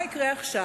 מה יקרה עכשיו?